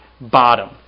bottom